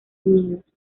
unidos